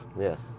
Yes